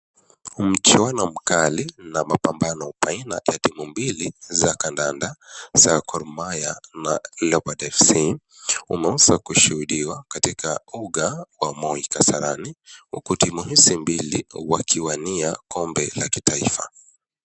Ni mchuano mkali na mapambano baina ya timu mbili za kandanda za Gor mahia na leopards fc imeweza kushuhudiwa katika Uga wa moi kasarani, timu hizi mbili zikiwania kombe la kitaifa